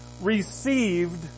received